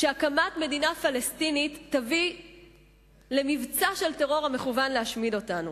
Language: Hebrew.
שהקמת מדינה פלסטינית תביא למבצע של טרור המכוון להשמיד אותנו".